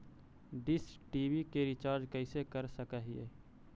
Dish TV के recharge कैसे कर सक हिय?